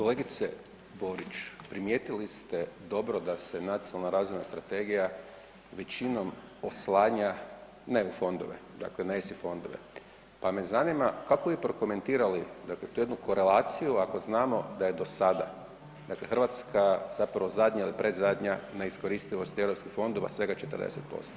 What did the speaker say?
Kolegice Borić, primijetili ste dobro da se nacionalna razvojna strategija većinom oslanja ne u fondove, dakle ne ESI fondove, pa me zanima kako bi prokomentirali dakle tu jednu korelaciju ako znamo da je do sada, dakle Hrvatska zapravo zadnja ili predzadnja u neiskoristivosti Europskih fondova, svega 40%